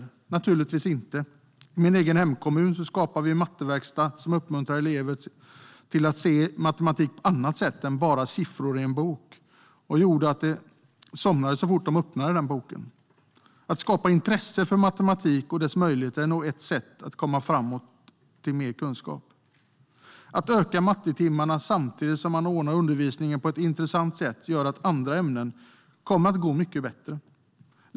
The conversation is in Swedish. Så är det naturligtvis inte; i min hemkommun har vi skapat en matteverkstad som uppmuntrar elever att se matematik på ett annat sätt än bara siffror i en bok eftersom det gjorde att de somnade så fort de öppnade boken. Att skapa intresse för matematik och dess möjligheter är ett sätt komma framåt till mer kunskap. Att öka mattetimmarna samtidigt som man ordnar undervisningen på ett intressant sätt gör att det kommer att gå mycket bättre också i andra ämnen.